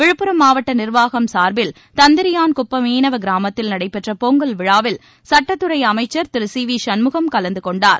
விழுப்புரம் மாவட்ட நீர்வாகம் சார்பில் தந்திரியான்குப்பம் மீனவ கிராமத்தில் நடைபெற்ற பொங்கல் விழாவில் சட்டத்துறை அமைச்சர் திரு சி வி சண்முகம் கலந்துகொண்டார்